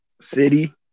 City